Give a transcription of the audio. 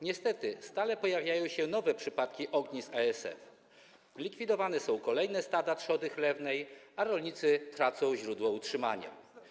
Niestety stale pojawiają się nowe przypadki ognisk ASF, likwidowane są kolejne stada trzody chlewnej, a rolnicy tracą źródło utrzymania.